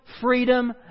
freedom